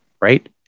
right